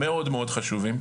מאוד מאוד חשובים?